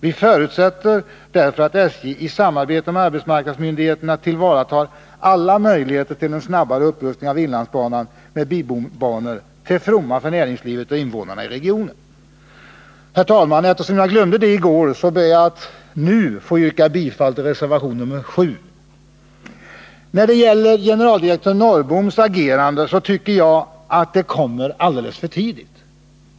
Vi förutsätter därför att SJ i samarbete med arbetsmarknadsmyndigheterna tillvaratar alla möjligheter till en snabbare upprustning av inlandsbanan med bibanor, till fromma för näringslivet och invånarna i regionen. Herr talman! Eftersom jag glömde detta i går ber jag att nu få yrka bifall till reservation nr 7. När det gäller generaldirektör Norrboms agerande tycker jag att det kommer alldeles för tidigt.